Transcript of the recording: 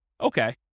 Okay